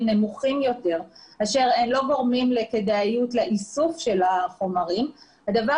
נמוכים יותר שלא גורמים לכדאיות לאיסוף של החומרים - הדבר